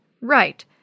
Right